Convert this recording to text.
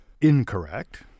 incorrect